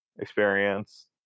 experience